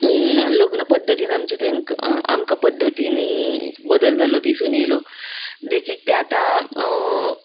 लग्न पद्दतीन आमचे तेंक आमकां पद्दतीनी बदल जाल्लो दिसून येयलो देखीक ते आतां